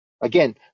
Again